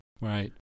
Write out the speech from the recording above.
Right